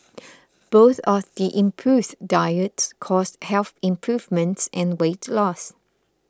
both of the improves diets caused health improvements and weight loss